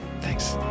thanks